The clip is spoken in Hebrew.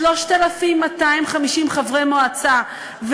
3,250 חברי מועצה,